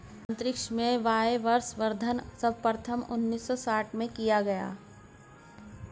अंतरिक्ष में वायवसंवर्धन सर्वप्रथम उन्नीस सौ साठ में किया गया